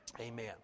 Amen